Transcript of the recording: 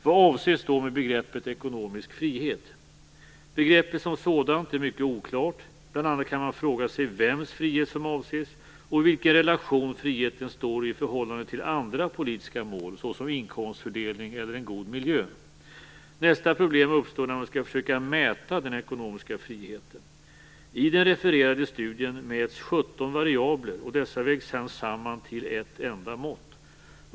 Vad avses då med begreppet ekonomisk frihet? Begreppet som sådant är mycket oklart, bl.a. kan man fråga sig vems frihet som avses och i vilken relation som friheten står i förhållande till andra politiska mål såsom inkomstfördelning eller god miljö. Nästa problem uppstår när man skall försöka mäta den ekonomiska friheten. I den refererade studien mäts 17 variabler, och dessa vägs sedan samman till ett enda mått.